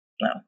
No